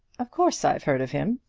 of course i've heard of him.